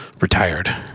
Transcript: retired